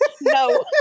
No